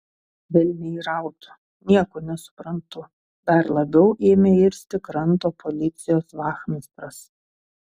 velniai rautų nieko nesuprantu dar labiau ėmė irzti kranto policijos vachmistras